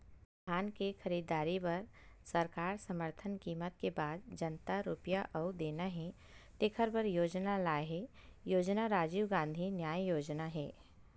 धान के खरीददारी बर सरकार समरथन कीमत के बाद जतना रूपिया अउ देना हे तेखर बर योजना लाए हे योजना राजीव गांधी न्याय योजना हे